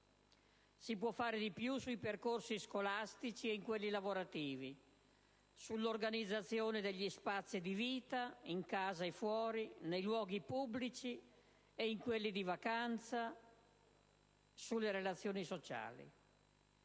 Si può fare di più sui percorsi scolastici e su quelli lavorativi, sull'organizzazione degli spazi di vita, in casa e fuori, nei luoghi pubblici ed in quelli di vacanza, sulle relazioni sociali.